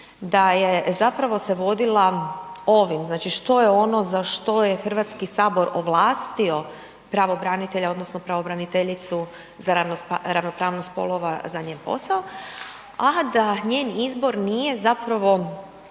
da je zapravo se vodila ovim, znači što je ono za što je HS ovlastio pravobranitelja odnosno pravobraniteljicu za ravnopravnost spolova za njen posao, a da njen izbor nije zapravo